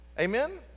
amen